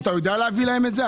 אתה יודע לתת להם את זה?